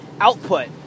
output